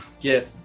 get